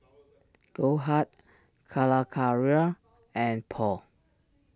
Goldheart Calacara and Paul